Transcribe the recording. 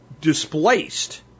displaced